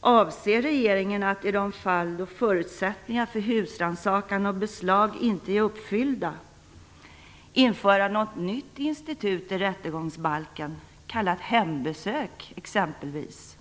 Avser regeringen att, i de fall förutsättningar för husrannsakan och beslag inte är uppfyllda, införa något nytt institut i rättegångsbalken, kallat "hembesök" exempelvis?